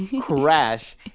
crash